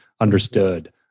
understood